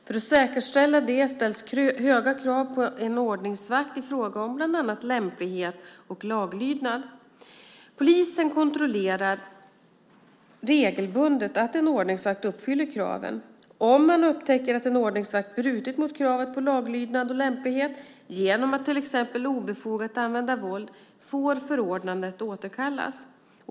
För att säkerställa detta ställs höga krav på en ordningsvakt i fråga om bland annat lämplighet och laglydnad. Polisen kontrollerar regelbundet att en ordningsvakt uppfyller kraven. Om polisen upptäcker att en ordningsvakt brutit mot kravet på laglydnad och lämplighet, genom att till exempel obefogat använda våld, får förordnandet återkallas.